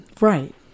right